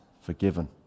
forgiven